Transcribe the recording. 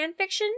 fanfiction